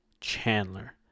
Chandler